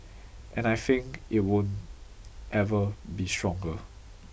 and I think it won't ever be stronger